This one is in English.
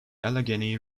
allegheny